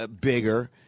bigger